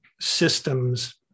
systems